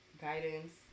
guidance